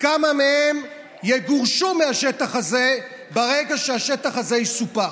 כמה מהם יגורשו מהשטח הזה ברגע שהשטח הזה יסופח?